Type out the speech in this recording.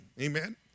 Amen